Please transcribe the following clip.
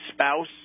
spouse